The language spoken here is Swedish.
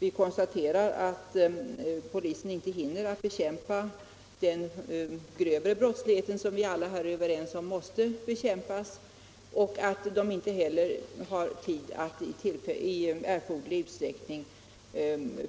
Likaledes konstaterar vi att polisen inte hinner bekämpa den grövre brottslighet, som vi alla är överens om måste bekämpas, och att polisen inte har tid att i erforderlig utsträckning